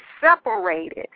separated